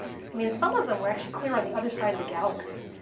i mean some of them were actually clear on the other side of the galaxy.